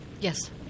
Yes